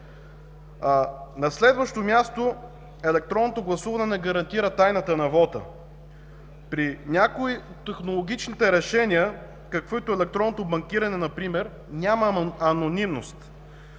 На следващо място, електронното гласуване не гарантира тайната на вота. При някои от технологичните решения, каквито е електронното банкиране например няма анонимност,